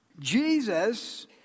Jesus